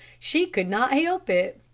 she could not help it,